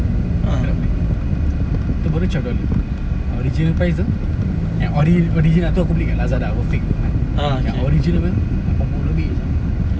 aku nak beli tu baru cagar dulu original price tu at ori~ original aku beli kat Lazada worth fake punya kan yang original punya lapan puluh lebih sia